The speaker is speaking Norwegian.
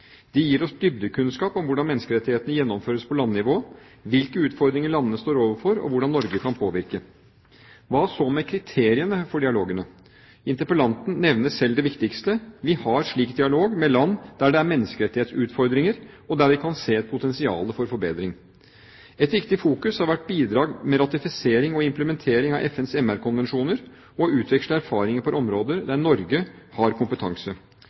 gir oss dybdekunnskap om hvordan menneskerettighetene gjennomføres på landnivå, hvilke utfordringer landene står overfor, og hvordan Norge kan påvirke. Hva så med kriteriene for dialogene? Interpellanten nevner selv det viktigste: Vi har slik dialog med land der det er menneskerettighetsutfordringer, og der vi kan se potensial for forbedring. Det har vært viktig å bidra med ratifisering og implementering av FNs MR-konvensjoner og utveksle erfaringer på områder der Norge har kompetanse.